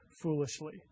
foolishly